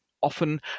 often